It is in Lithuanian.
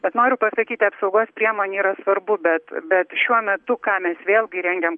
bet noriu pasakyti apsaugos priemonė yra svarbu bet bet šiuo metu ką mes vėlgi rengiam